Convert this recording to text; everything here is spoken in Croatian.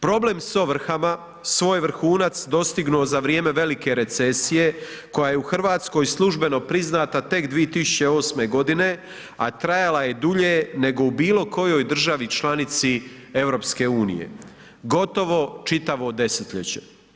Problem s ovrhama svoj vrhunac dostignuo za vrijeme velike recesije koja je u Hrvatskoj službeno priznata tek 2008. godine, a trajala je dulje nego u bilo kojoj državi članici EU, gotovo čitavo desetljeće.